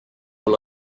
olla